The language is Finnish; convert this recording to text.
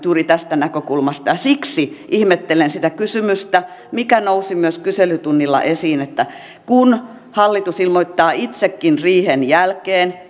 juuri tästä näkökulmasta siksi ihmettelen sitä kysymystä mikä nousi myös kyselytunnilla esiin että kun hallitus ilmoittaa itsekin riihen jälkeen